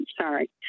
sorry